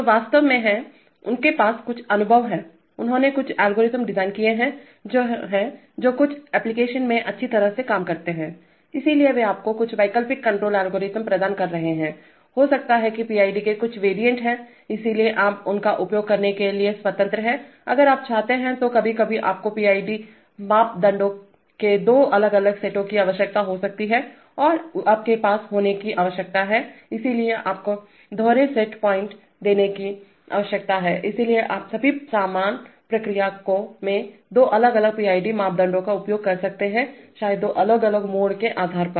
तो वे वास्तव में हैं उनके पास कुछ अनुभव है उन्होंने कुछ एल्गोरिदम डिजाइन किए हैं जो हैं जो कुछ ऍप्लिकेशन्स में अच्छी तरह से काम करते हैं इसलिए वे आपको कुछ वैकल्पिक कण्ट्रोल एल्गोरिदम प्रदान कर रहे हैं हो सकता है कि पीआईडी के कुछ वेरिएंट हैं इसलिए आप उनका उपयोग करने के लिए स्वतंत्र हैं अगर आप चाहते हैं तो कभी कभी आपको पीआईडी मापदंडों के दो अलग अलग सेटों की आवश्यकता हो सकती है और आपके पास होने की आवश्यकता है इसलिए आपको दोहरे सेट पॉइंट देने की आवश्यकता है इसलिए आप सभी समान प्रक्रिया में दो अलग अलग पीआईडीमापदंडों का उपयोग कर सकते हैं शायद दो अलग अलग मोड के आधार पर